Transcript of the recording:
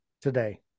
today